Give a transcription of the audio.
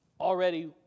already